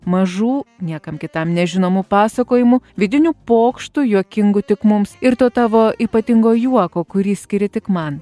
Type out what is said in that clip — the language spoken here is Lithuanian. mažų niekam kitam nežinomų pasakojimų vidinių pokštų juokingų tik mums ir to tavo ypatingo juoko kurį skiri tik man